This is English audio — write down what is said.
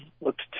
looked